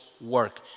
work